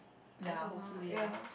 ya hopefully ah